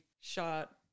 shot